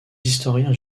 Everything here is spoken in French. historiens